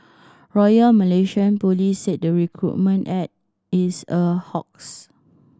Royal Malaysian Police said the recruitment ad is a hoax